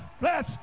Bless